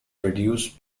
produced